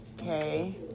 okay